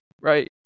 right